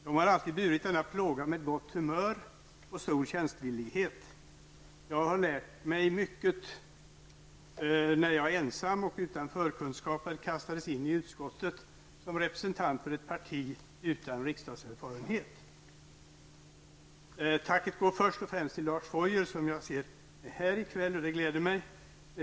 De har alltid burit denna plåga med gott humör och stor tjänstvillighet. De har lärt mig mycket när jag ensam och utan förkunskaper kastades in i utskottet som representant för ett parti utan riksdagserfarenhet. Tacket går först och främst till Lars Foyer, som jag ser sitter här i kammaren i kväll, vilket gläder mig.